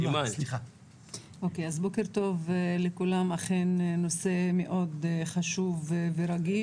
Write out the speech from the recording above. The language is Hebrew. בוקר טוב לכולם, אכן נושא מאוד חשוב ורגיש.